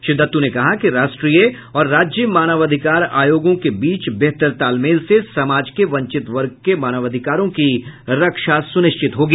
श्री दत्तू ने कहा कि राष्ट्रीय और राज्य मानवाधिकार आयोगों के बीच बेहतर तालमेल से समाज के वंचित वर्ग के मानवाधिकारों की रक्षा सुनिश्चित होगी